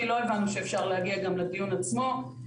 כי לא הבנו שאפשר להגיע גם לדיון עצמו.